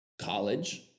college